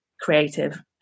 creative